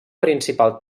principal